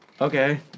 okay